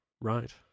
Right